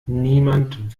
niemand